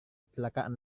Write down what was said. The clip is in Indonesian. kecelakaan